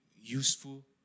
useful